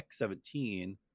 X17